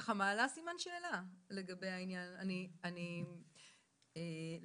לקחת באמת לתשומת הלב ובזהירות רבה שאנחנו לא